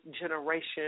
generation